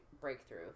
breakthrough